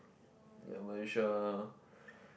yeah Malaysia